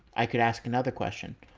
i could ask another question.